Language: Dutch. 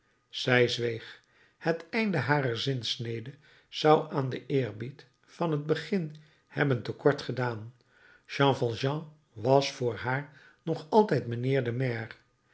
zij zweeg het einde harer zinsnede zou aan den eerbied van het begin hebben te kort gedaan jean valjean was voor haar nog altijd mijnheer de maire